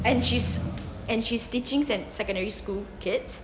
and she's and she's teaching sec~ secondary school kids